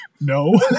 No